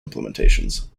implementations